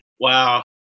Wow